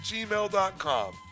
gmail.com